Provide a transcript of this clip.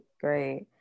great